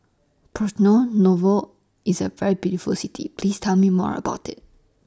Porto Novo IS A very beautiful City Please Tell Me More about IT